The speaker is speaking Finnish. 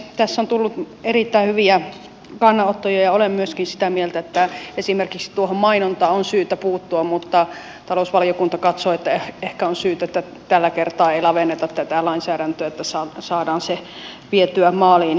tässä on tullut erittäin hyviä kannanottoja ja olen myöskin sitä mieltä että esimerkiksi tuohon mainontaan on syytä puuttua mutta talousvaliokunta katsoo että ehkä on syytä että tällä kertaa ei lavenneta tätä lainsäädäntöä että saadaan se vietyä maaliin